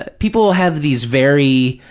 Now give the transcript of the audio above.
ah people have these very